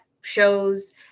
shows